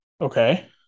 Okay